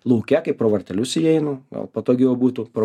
lauke kai pro vartelius įeinu gal patogiau būtų pro